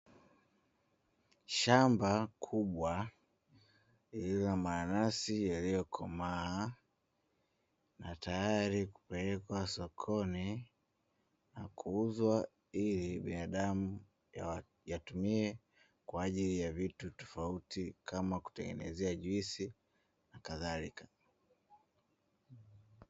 Shamba kubwa lililo na mananasi yaliyokomaa, na tayari kupelekwa sokoni na kuuzwa, ili binadamu wayatumie kwa ajili ya vitu tofauti kama kutengenezea juisi na kadharika.